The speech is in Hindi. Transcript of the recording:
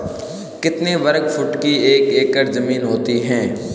कितने वर्ग फुट की एक एकड़ ज़मीन होती है?